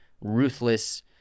ruthless